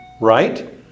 Right